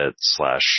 slash